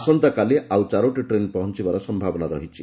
ଆସନ୍ତାକାଲି ଆଉ ଚାରୋଟି ଟ୍ରେନ ପହଞ୍ ବାର ସନ୍ତାବନା ରହିଛି